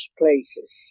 places